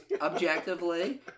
objectively